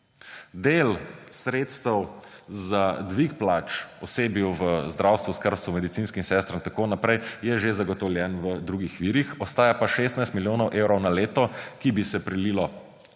Del sredstev za dvig plač osebju v zdravstvu, skrbstvu, medicinskim sestram in tako naprej, je že zagotovljen v drugih virih, ostaja pa 16 milijonov evrov na leto, ki bi se prelili